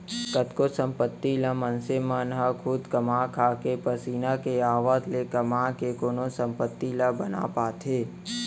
कतको संपत्ति ल मनसे मन ह खुद कमा खाके पसीना के आवत ले कमा के कोनो संपत्ति ला बना पाथे